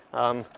um,